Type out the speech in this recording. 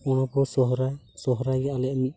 ᱚᱱᱟ ᱯᱚᱨ ᱥᱚᱦᱨᱟᱭ ᱥᱚᱦᱨᱟᱭ ᱜᱮ ᱟᱞᱮᱭᱟᱜ ᱢᱤᱫ